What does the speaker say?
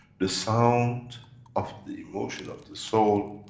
the sound of the emotion of the soul,